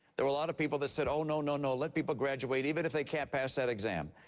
there were a lot of people that said, oh, no, no, no. let people graduate even if they can't pass that exam.